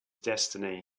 destiny